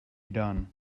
done